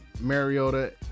Mariota